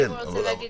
להגיד